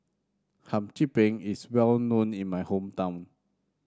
Hum Chim Peng is well known in my hometown